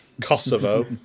Kosovo